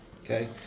okay